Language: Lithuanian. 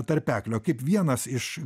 tarpeklio kaip vienas iš